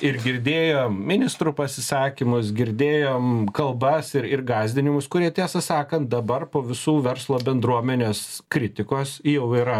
ir girdėjom ministrų pasisakymus girdėjom kalbas ir gąsdinimus kurie tiesą sakant dabar po visų verslo bendruomenės kritikos jau yra